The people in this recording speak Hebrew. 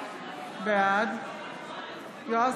בעד יואב